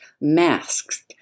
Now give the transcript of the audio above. masks